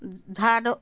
झाड